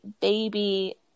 baby